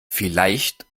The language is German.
vielleicht